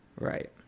Right